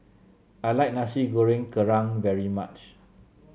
I like Nasi Goreng Kerang very much